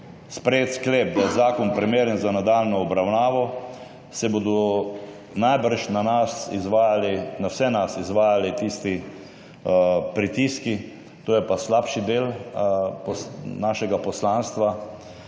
sprejet sklep, da je zakon primeren za nadaljnjo obravnavo, se bodo najbrž na vse nas izvajali pritiski. To je pa slabši del našega poslanstva.